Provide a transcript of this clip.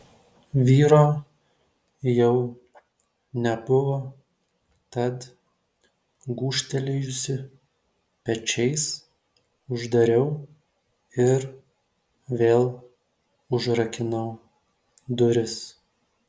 vyro jau nebuvo tad gūžtelėjusi pečiais uždariau ir vėl užrakinau duris